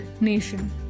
nation